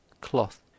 cloth